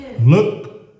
Look